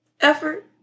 effort